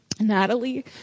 Natalie